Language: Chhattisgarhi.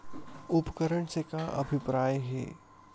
उपकरण से का अभिप्राय हे?